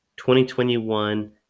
2021